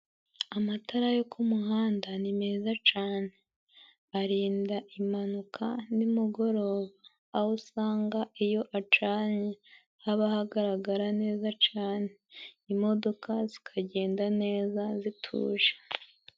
Amatara yo kumuhanda ni meza cane arinda impanuka nimugoroba, aho usanga iyo acanye haba hagaragara neza cane, imodoka zikagenda neza zituje.